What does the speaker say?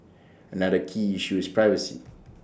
another key issue is privacy